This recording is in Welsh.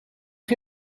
chi